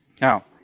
Now